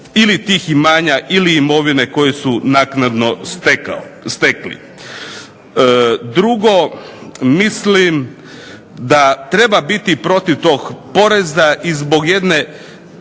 ili tih imanja ili imovine koju su naknadno stekli. Drugo, mislim da treba biti protiv tog poreza i zbog jedne